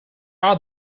are